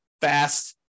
fast